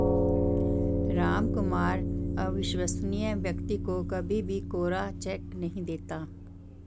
रामकुमार अविश्वसनीय व्यक्ति को कभी भी कोरा चेक नहीं देता